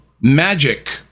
magic